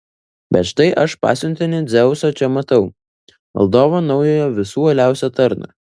bet štai aš pasiuntinį dzeuso čia matau valdovo naujojo visų uoliausią tarną